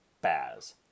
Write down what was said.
Baz